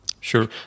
Sure